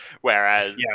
Whereas